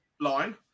line